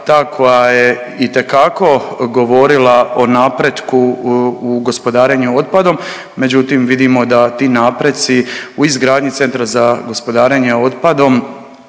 ta koja je itekako govorila o napretku u gospodarenju otpadom, međutim, vidimo da ti napreci u izgradnju centra za gospodarenje otpadom